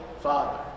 father